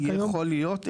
יכול להיות.